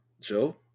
Joe